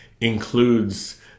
includes